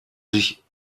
sich